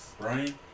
Brian